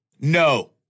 no